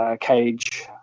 cage